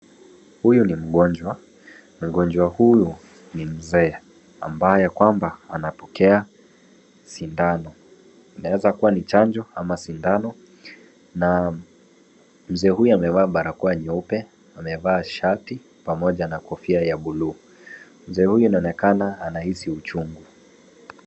Huyu ni mgonjwa. Mgonjwa huyu ni mzee ambaye kwamba anapokea sindano. Inaweza kuwa ni chanjo ama sindano, na mzee huyu amevaa barakoa nyeupe, amevaa shati pamoja na kofia ya buluu. Mzee huyu inaonekana anahisi uchungu.